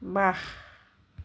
ৱাহ